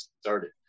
started